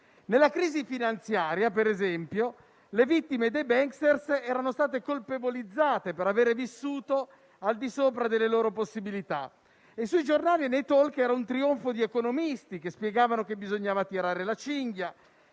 Nella crisi finanziaria, per esempio, le vittime dei *bankster* erano state colpevolizzate per avere vissuto al di sopra delle loro possibilità e sui giornali e nei *talk* era un trionfo di economisti che spiegavano che bisognava tirare la cinghia,